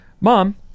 Mom